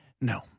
no